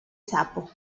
sapo